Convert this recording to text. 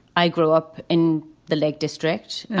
i grew up in the lake district.